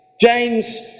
James